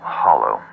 hollow